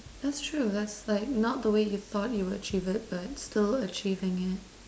that's true that's like not the way you thought you would achieve it but still achieving it